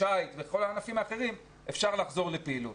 שייט וכל הענפים האחרים אפשר לחזור לפעילות.